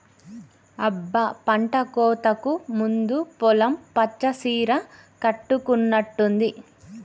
అబ్బ పంటకోతకు ముందు పొలం పచ్చ సీర కట్టుకున్నట్టుంది